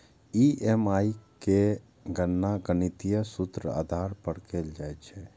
EMI केर गणना गणितीय सूत्रक आधार पर कैल जाइ छै